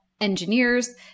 Engineers